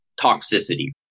toxicity